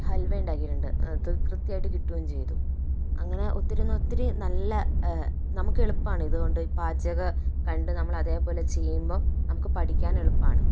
ഹൽവ ഉണ്ടാക്കിയിട്ടുണ്ട് അത് കൃത്യമായിട്ട് കിട്ടുകയും ചെയ്തു അങ്ങനെ ഒത്തിരി ഒത്തിരി നല്ല നമുക്കെളുപ്പമാണ് ഇതുകൊണ്ട് ഈ പാചകം കണ്ട് നമ്മള് അതേപോലെ ചെയ്യുമ്പോൾ നമുക്ക് പഠിക്കാൻ എളുപ്പമാണ്